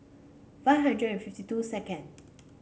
five hundred and fifty two second